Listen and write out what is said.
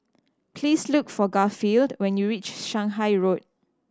please look for Garfield when you reach Shanghai Road